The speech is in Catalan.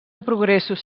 progressos